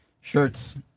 shirts